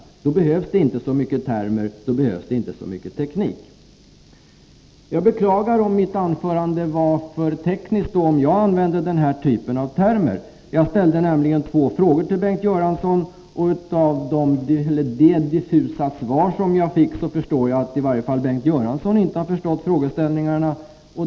Då behövs det inte så mycket termer — då behövs det inte så mycket teknik. Jag beklagar om mitt anförande var för tekniskt och om jag använde den här typen av termer. Jag ställde nämligen två frågor till Bengt Göransson, och av det diffusa svar jag fick förstår jag att i varje fall Bengt Göransson inte förstått frågeställningarna.